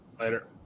Later